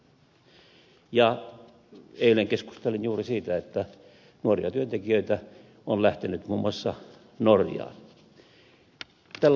eilen keskustelin juuri siitä että nuoria työntekijöitä on lähtenyt muun muassa norjaan